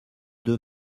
deux